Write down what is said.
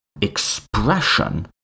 expression